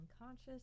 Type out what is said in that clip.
unconscious